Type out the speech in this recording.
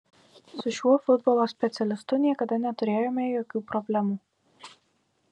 su šiuo futbolo specialistu niekada neturėjome jokių problemų